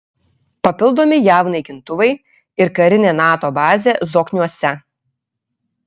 papildomi jav naikintuvai ir karinė nato bazė zokniuose